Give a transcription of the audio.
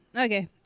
Okay